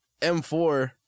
m4